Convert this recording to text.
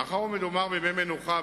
מאחר שמדובר בימי מנוחה,